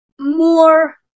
more